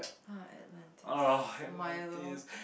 uh Atlantis my love